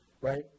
right